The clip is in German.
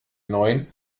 neuen